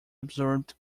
absorbed